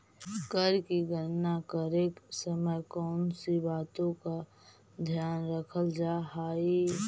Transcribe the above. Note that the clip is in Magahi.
कर की गणना करे समय कौनसी बातों का ध्यान रखल जा हाई